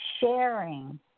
sharing